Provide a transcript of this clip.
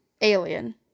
alien